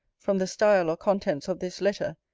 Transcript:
from the style or contents of this letter,